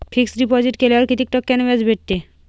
Fix deposit केल्यावर कितीक टक्क्यान व्याज भेटते?